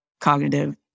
cognitive